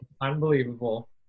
unbelievable